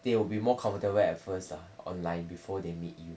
they will be more comfortable at first lah online before they meet you